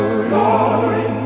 glory